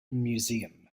museum